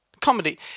comedy